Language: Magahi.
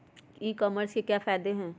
ई कॉमर्स के क्या फायदे हैं?